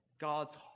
God's